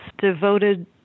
devoted